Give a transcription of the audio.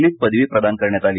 Litt पदवी प्रदान करण्यात आली